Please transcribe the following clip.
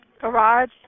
garage